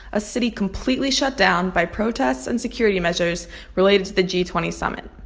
a city completely shut down by protests and security measures related to the g twenty summit.